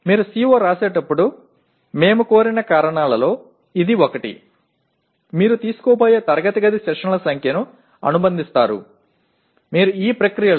நீங்கள் ஒரு CO ஐ எழுதும்போது அதனை நீங்கள் எடுக்கப் போகும் வகுப்பறை அமர்வுகளின் தோராயமான எண்ணிக்கையுடன் தொடர்புபடுத்த நாம் கோரிய காரணங்களில் இதுவும் ஒன்றாகும்